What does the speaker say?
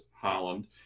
Holland